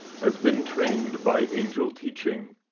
has been trained by angel teaching,